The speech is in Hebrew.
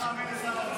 ואתה מאמין לו?